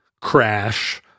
crash